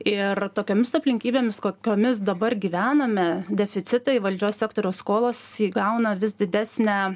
ir tokiomis aplinkybėmis kokiomis dabar gyvename deficitai valdžios sektoriaus skolos įgauna vis didesnę